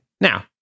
Now